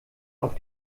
auf